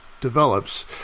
develops